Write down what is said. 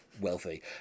wealthy